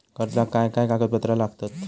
कर्जाक काय काय कागदपत्रा लागतत?